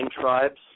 tribes